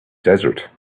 desert